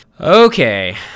okay